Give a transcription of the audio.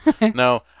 no